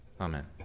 amen